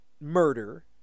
murder